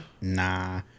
Nah